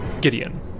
Gideon